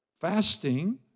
fasting